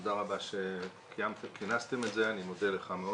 תודה רבה שכינסתם את הדיון, אני מודה לך מאוד.